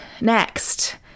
next